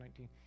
2019